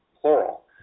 plural